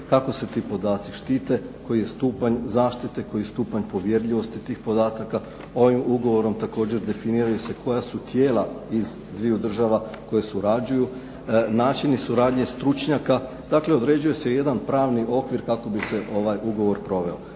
kako se ti podaci štite, koji je stupanj zaštite, koji je stupanj povjerljivosti tih podataka. Ovim ugovorom također definiraju se koja su tijela iz dviju država koje surađuju, načini suradnje stručnjaka. Dakle, određuje se jedan pravni okvir kako bi se ovaj ugovor proveo.